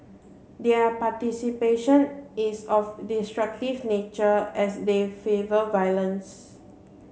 their participation is of destructive nature as they favour violence